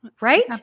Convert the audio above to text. Right